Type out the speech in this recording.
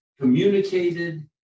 communicated